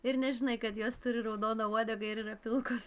ir nežinai kad jos turi raudoną uodegą ir yra pilkos